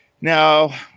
Now